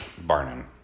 barnum